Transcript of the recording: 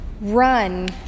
run